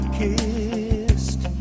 kissed